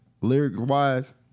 lyric-wise